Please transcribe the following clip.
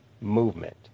movement